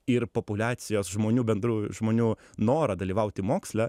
ir populiacijos žmonių bendrų žmonių norą dalyvauti moksle